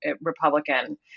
Republican